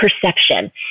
perception